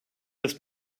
dass